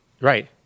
Right